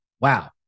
Wow